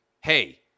hey